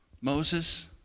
Moses